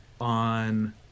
on